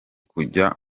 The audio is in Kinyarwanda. kujya